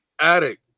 Attic